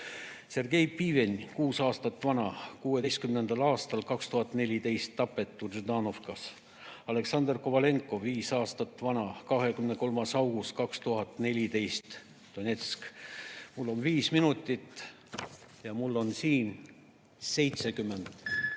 Sergei Piven, kuus aastat vana, 16. [augustil] 2014, tapetud Ždanovkas. Aleksandra Kovalenko, viis aastat vana, 23. augustil 2014 Donetskis. Mul on viis minutit ja mul on siin 70